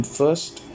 first